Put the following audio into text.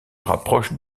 rapproche